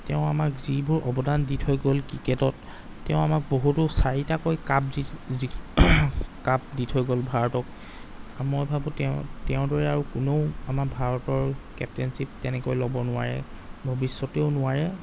তেওঁ আমাক যিবোৰ অৱদান দি থৈ গ'ল ক্ৰিকেটত তেওঁ আমাক বহুটো চাৰিটাকৈ কাপ কাপ দি থৈ গ'ল ভাৰতক মই ভাবোঁ তেওঁ তেওঁৰ দৰে আৰু কোনো আমাৰ ভাৰতৰ কেপ্তেইনশ্বীপ তেনেকৈ ল'ব নোৱাৰে ভৱিষ্যতেও নোৱাৰে